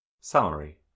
Summary